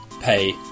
pay